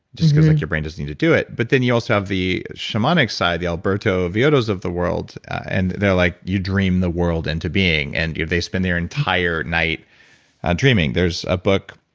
just because like your brain doesn't need to do it but then you also have the shamanic side, the alberto villoldos of the world, and they're like, you dream the world into being, and they spend their entire night dreaming there's a book.